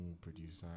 producer